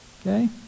okay